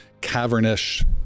cavernish